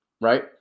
right